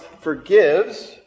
forgives